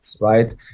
right